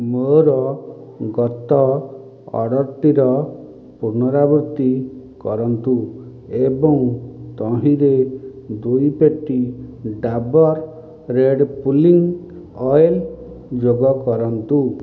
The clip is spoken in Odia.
ମୋର ଗତ ଅର୍ଡ଼ର୍ଟିର ପୁନରାବୃତ୍ତି କରନ୍ତୁ ଏବଂ ତହିଁରେ ଦୁଇ ପେଟି ଡାବର୍ ରେଡ଼୍ ପୁଲିଂ ଅଏଲ୍ ଯୋଗ କରନ୍ତୁ